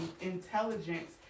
intelligence